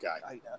guy